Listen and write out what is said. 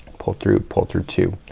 pull through, pull through two.